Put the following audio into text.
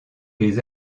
les